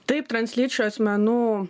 taip translyčių asmenų